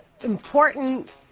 important